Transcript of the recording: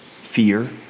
fear